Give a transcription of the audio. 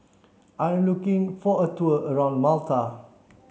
I looking for a tour around Malta